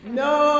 no